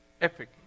Epic